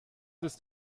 ist